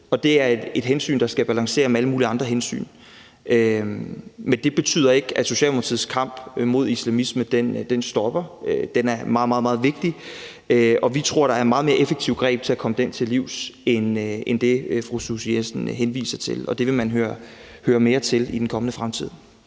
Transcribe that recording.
det er et hensyn, der skal balancere med alle mulige andre hensyn. Men det betyder ikke, at Socialdemokratiets kamp mod islamisme stopper. Den er meget, meget vigtig, og vi tror, der er meget mere effektive greb til at komme den til livs end det, fru Susie Jessen henviser til, og det vil man høre mere til i den kommende tid.